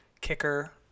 Kicker